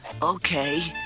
Okay